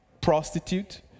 prostitute